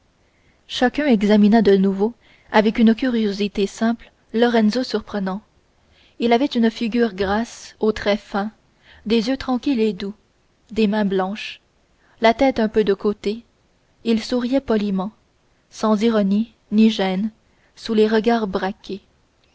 chacun examina de nouveau avec une curiosité simple lorenzo surprenant il avait une figure grasse aux traits fins des yeux tranquilles et doux des mains blanches la tête un peu de côté il souriait poliment sans ironie ni gêne sous les regards braqués